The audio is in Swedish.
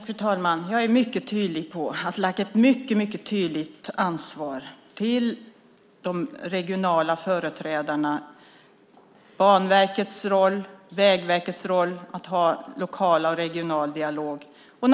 Fru talman! Jag har lagt ett mycket tydligt ansvar på de regionala företrädarna, Banverket och Vägverket att ha lokala och regionala dialoger.